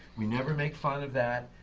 we never make fun of that.